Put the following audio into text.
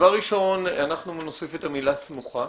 דבר ראשון, נוסיף את המילה "סמוכה"